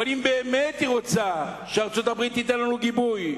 אבל אם אנחנו רוצים שארצות-הברית תיתן לנו גיבוי,